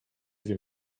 wiem